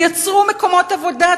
תייצרו מקומות עבודה.